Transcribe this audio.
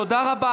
תודה רבה.